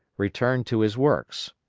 returned to his works.